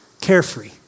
carefree